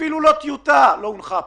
אפילו טיוטה לא הונחה פה.